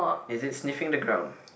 is it sniffing the ground